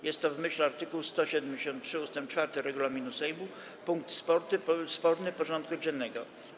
Jest to w myśl art. 173 ust. 4 regulaminu Sejmu punkt sporny porządku dziennego.